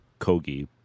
kogi